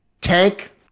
tank